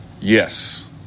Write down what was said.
Yes